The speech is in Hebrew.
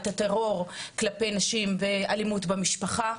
את הטרור כלפי נשים באלימות במשפחה.